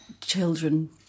children